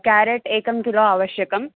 carrot एकं kilo अवश्यकं